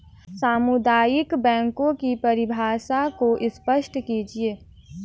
सामुदायिक बैंकों की परिभाषा को स्पष्ट कीजिए?